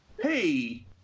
hey